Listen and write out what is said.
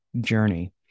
journey